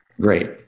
great